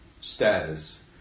status